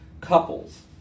couples